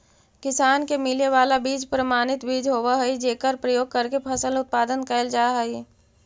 किसान के मिले वाला बीज प्रमाणित बीज होवऽ हइ जेकर प्रयोग करके फसल उत्पादन कैल जा हइ